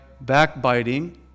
backbiting